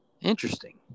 Interesting